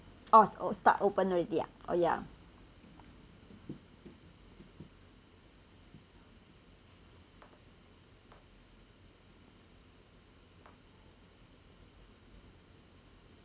oh oh start open already ah oh yeah